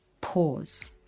pause